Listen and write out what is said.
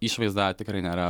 išvaizda tikrai nėra